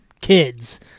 kids